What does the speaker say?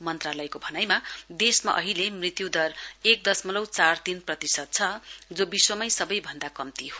मन्त्रालयले भनेको छ देशमा अहिले मृत्यु दर एक दशमलउ चार तीन प्रतिशत छ जो विश्वमै सर्वाधिक कम्ती हो